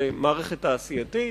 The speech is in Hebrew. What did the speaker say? זאת מערכת תעשייתית.